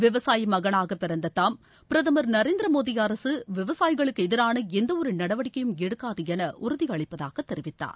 விவசாயி மகனாக பிறந்த தாம் பிரதமர் நரேந்திர மோதி அரசு விவசாயிகளுக்கு எதிரான எந்தவொரு நடவடிக்கையும் எடுக்காது என உறுதி அளிப்பதாக தெரிவித்தார்